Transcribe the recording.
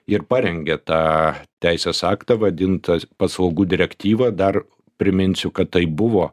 ir parengė tą teisės aktą vadintą paslaugų direktyva dar priminsiu kad tai buvo